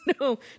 no